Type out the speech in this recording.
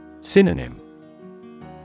Synonym